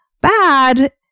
bad